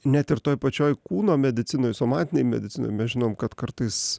net ir toj pačioj kūno medicinoj somatinėj medicinoj mes žinom kad kartais